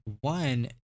one